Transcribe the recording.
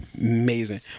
amazing